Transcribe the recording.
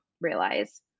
realize